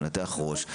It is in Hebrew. מנתח ראש,